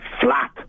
flat